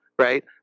Right